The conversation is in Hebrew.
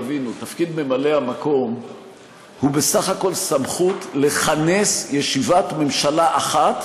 תבינו: תפקיד ממלא המקום הוא בסך סמכות לכנס ישיבת ממשלה אחת